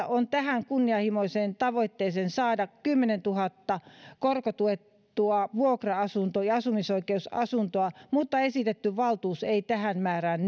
on tähän kunnianhimoiseen tavoitteeseen tarkoitus saada kymmenentuhatta korkotuettua vuokra asuntoa ja asumisoikeusasuntoa mutta esitetty valtuus ei tähän määrään